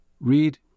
Read